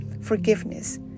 forgiveness